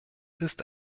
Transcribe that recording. ist